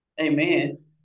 Amen